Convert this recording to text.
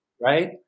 right